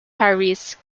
paris